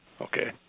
okay